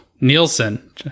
Nielsen